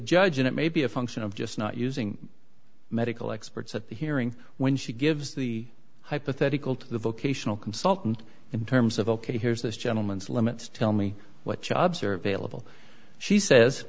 judge and it may be a function of just not using medical experts at the hearing when she gives the hypothetical to the vocational consultant in terms of ok here's this gentleman's limits tell me what jobs are available she says